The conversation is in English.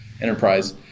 enterprise